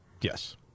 Yes